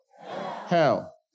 Hell